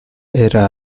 era